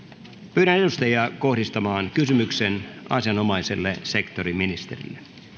pyydän edustajia kohdistamaan kysymyksen asianomaiselle sektoriministerille